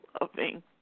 loving